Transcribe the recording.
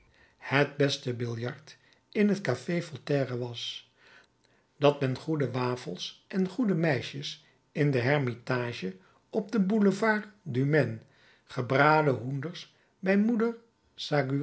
het beste biljart in het café voltaire was dat men goede wafels en goede meisjes in de hermitage op den boulevard du maine gebraden hoenders bij moeder